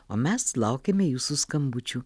o mes laukiame jūsų skambučių